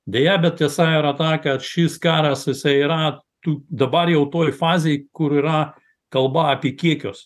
deja bet tiesa yra ta kad šis karas jisai yra tu dabar jau toj fazėj kur yra kalba apie kiekius